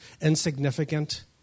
insignificant